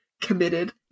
Committed